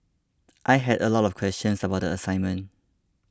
I had a lot of questions about the assignment